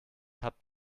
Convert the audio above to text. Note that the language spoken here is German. habt